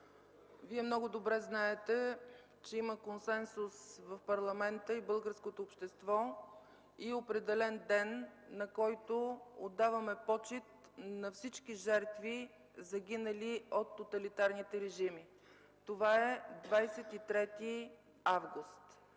Вие много добре знаете, че има консенсус в парламента и българското общество, и определен ден, на който отдаваме почит на всички жертви, загинали от тоталитарните режими – това е 23 август.